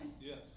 yes